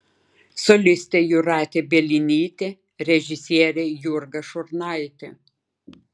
solistė jūratė bielinytė režisierė jurga šurnaitė